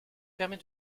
permet